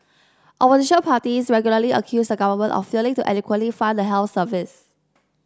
opposition parties regularly accuse the government of failing to adequately fund the health service